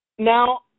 Now